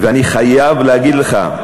אני חייב להגיד לך,